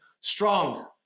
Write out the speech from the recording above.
Strong